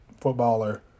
footballer